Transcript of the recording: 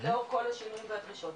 לאור כל השינויים והדרישות.